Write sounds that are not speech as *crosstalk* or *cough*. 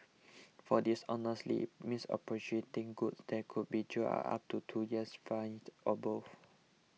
*noise* for dishonestly misappropriating goods they could be jailed up to two years fined or both